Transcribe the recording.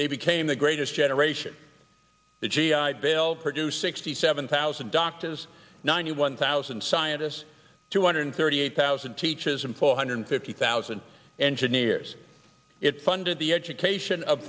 they became the greatest generation the g i bill produced sixty seven thousand doctors ninety one thousand scientists two hundred thirty eight thousand teachers and four hundred fifty thousand engineers it funded the education